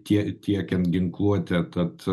tie tiekiant ginkluotę tad